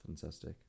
fantastic